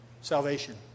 salvation